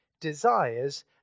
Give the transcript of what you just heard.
desires